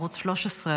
ערוץ 13,